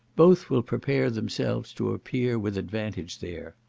both will prepare themselves to appear with advantage there.